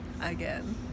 again